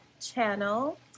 channel